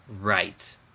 Right